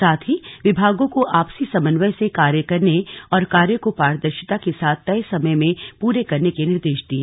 साथ ही विभागों को आपसी समन्वय से कार्य करने और कार्यों को पारदर्शिता के साथ तय समय में पूरे करने के निर्देश दिए